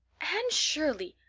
anne shirley,